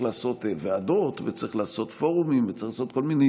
לעשות ועדות וצריך לעשות פורומים וצריך לעשות כל מיני